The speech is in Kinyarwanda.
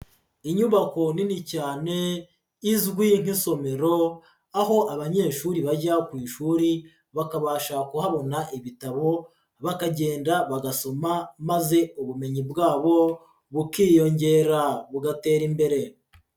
Inyubako nini cyane izwi nk'isomero, aho abanyeshuri bajya ku ishuri bakabasha kuhabona ibitabo, bakagenda bagasoma maze ubumenyi bwabo bukiyongera bugatera imbere.